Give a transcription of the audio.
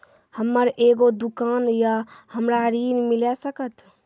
हमर एगो दुकान या हमरा ऋण मिल सकत?